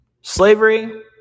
Slavery